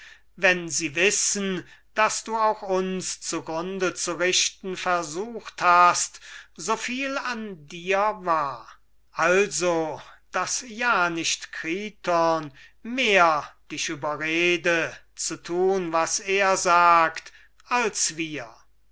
wenn sie wissen daß du auch uns zugrunde zu richten versucht hast soviel an dir war also daß ja nicht kriton mehr dich überrede zu tun was er sagt als wir